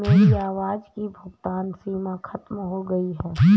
मेरी आज की भुगतान सीमा खत्म हो गई है